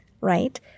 right